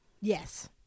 Yes